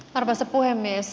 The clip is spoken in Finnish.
arvoisa puhemies